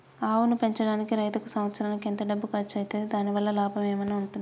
ఆవును పెంచడానికి రైతుకు సంవత్సరానికి ఎంత డబ్బు ఖర్చు అయితది? దాని వల్ల లాభం ఏమన్నా ఉంటుందా?